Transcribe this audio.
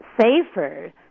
safer